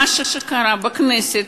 מה שקרה הוא שבכנסת,